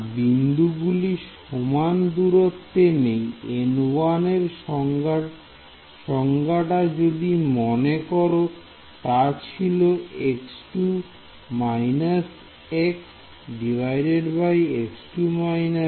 না বিন্দুগুলি সমান দূরত্বে নেই N1 এর সংজ্ঞাটা যদি মনে করো তা ছিল